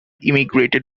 immigrated